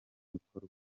bikorwa